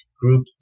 group